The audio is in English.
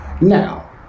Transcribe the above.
Now